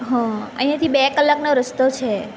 હા અહીંયાંથી બે કલાકનો રસ્તો છે